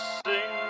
sing